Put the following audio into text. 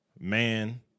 man